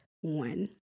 one